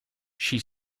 she